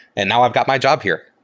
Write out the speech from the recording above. and now i've got my job here.